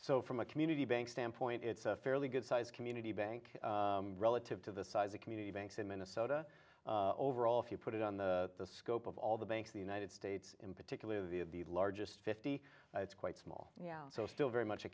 so from a community bank standpoint it's a fairly good size community bank relative to the size a community banks in minnesota overall if you put it on the scope of all the banks the united states in particular of the of the largest fifty it's quite small so it's still very much a